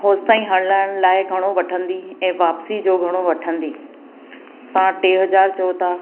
होसि ताईं हलण लाइ घणो वठंदी ऐं वापसी जो घणो वठंदी तव्हां टे हज़ार चओ था